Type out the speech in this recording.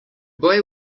boy